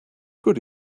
good